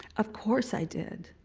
of course i did,